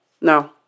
No